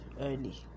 early